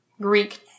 Greek